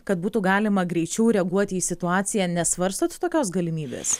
kad būtų galima greičiau reaguoti į situaciją nesvarstot tokios galimybės